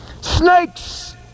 Snakes